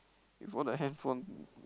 with all the handphone